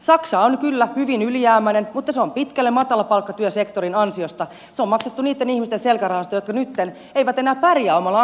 saksa on kyllä hyvin ylijäämäinen mutta se on pitkälle matalapalkkatyösektorin ansiosta se on maksettu niitten ihmisten selkänahasta jotka nytten eivät enää pärjää omalla ammatillaan